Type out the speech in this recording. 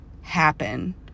happen